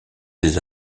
des